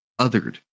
othered